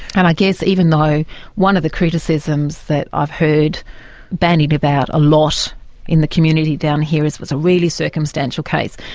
and i guess even though one of the criticisms that i've heard bandied about a lot in the community down here is it was a really circumstantial case,